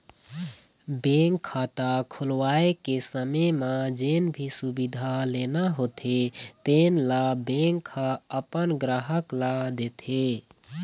bank खाता खोलवाए के समे म जेन भी सुबिधा लेना होथे तेन ल बेंक ह अपन गराहक ल देथे